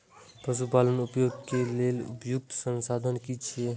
पशु पालन उद्योग के लेल उपयुक्त संसाधन की छै?